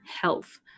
health